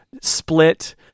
split